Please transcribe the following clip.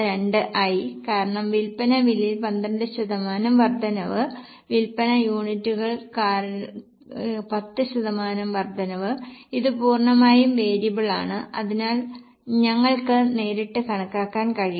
12 ആയി കാരണം വിൽപ്പന വിലയിൽ 12 ശതമാനം വർദ്ധനവ് വിൽപ്പന യൂണിറ്റുകൾ കാരണം 10 ശതമാനം വർദ്ധനവ് ഇത് പൂർണ്ണമായും വേരിയബിളാണ് അതിനാൽ ഞങ്ങൾക്ക് നേരിട്ട് കണക്കാക്കാൻ കഴിയും